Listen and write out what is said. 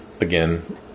again